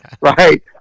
right